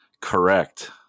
Correct